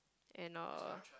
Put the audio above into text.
and uh